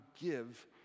give